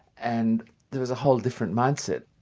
and there was a whole different mindset.